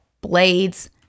Blade's